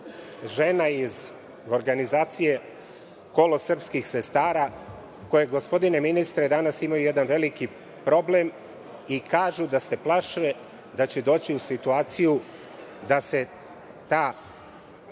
žena iz Organizacije „Kolo srpskih sestara“ koje, gospodine ministre, danas imaju jedan veliki problem i kažu da se plaše da će doći u situaciju da ta